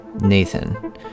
Nathan